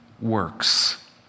works